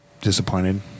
disappointed